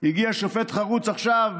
הגיע שופט חרוץ עכשיו,